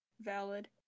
valid